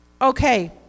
Okay